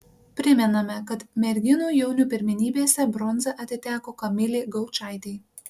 primename kad merginų jaunių pirmenybėse bronza atiteko kamilei gaučaitei